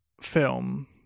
film